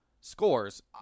scores